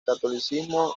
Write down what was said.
catolicismo